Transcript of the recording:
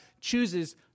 chooses